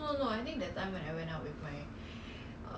ah 他都他都没有读书的看他